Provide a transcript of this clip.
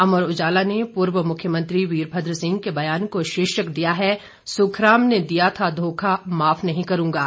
अमर उजाला ने पूर्व मुख्यमंत्री वीरभद्र सिंह के बयान को शीर्षक दिया है सुखराम ने दिया था धोखा माफ नहीं करूंगा